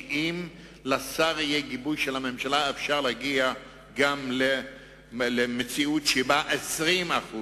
שאם יהיה לשר גיבוי של הממשלה יהיה אפשר להגיע גם למציאות שבה 20%